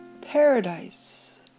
paradise